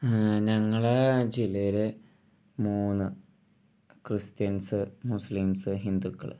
ഞങ്ങളെ ജില്ലയിൽ മൂന്ന് ക്രിസ്ത്യൻസ് മുസ്ലിംസ് ഹിന്ദുക്കൾ